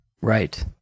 right